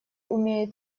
умеют